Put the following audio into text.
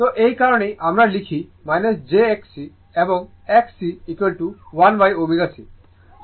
তো এই কারণেই আমরা লিখি jXC এবং XC1ω C